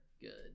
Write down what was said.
good